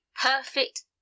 perfect